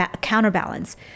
counterbalance